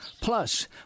Plus